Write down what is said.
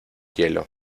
hielo